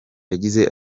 yagize